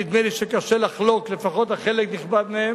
שנדמה לי שקשה לחלוק לפחות על חלק נכבד מהם,